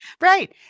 Right